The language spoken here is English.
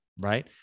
Right